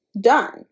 done